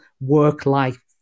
work-life